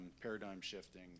paradigm-shifting